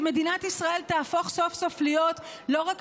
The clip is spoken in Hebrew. שמדינת ישראל תהפוך להיות סוף-סוף להיות לא רק